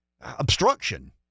obstruction